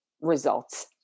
results